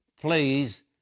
Please